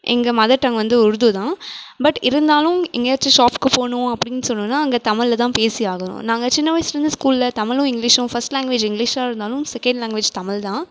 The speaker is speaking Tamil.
எங்கள் மதர் டங் வந்து உருது தான் பட் இருந்தாலும் எங்கேயாச்சும் ஷாப்க்கு போகணும் அப்படின்னு சொன்னோன்னால் அங்கே தமிழில் தான் பேசி ஆகணும் நாங்கள் சின்ன வயசுலேருந்து ஸ்கூலில் தமிழும் இங்கிலீஷும் ஃபர்ஸ்ட் லேங்குவேஜ் இங்கிலீஷாக இருந்தாலும் செகேண்ட் லேங்குவேஜ் தமிழ் தான்